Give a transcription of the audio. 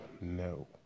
no